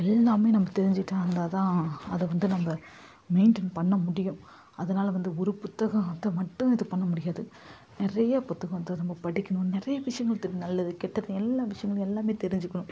எல்லாமே நம்ம தெரிஞ்சிக்கிட்டு வந்தால்தான் அதை வந்து நம்ம மெயின்டைன் பண்ணமுடியும் அதனால் வந்து ஒரு புத்தகத்தை மட்டும் இது பண்ணமுடியாது நிறைய புத்தகம் வந்து நம்ம படிக்கணும் நிறைய விஷயங்கள் நல்லது கெட்டது எல்லா விஷயங்கள் எல்லாமே தெரிஞ்சிக்கணும்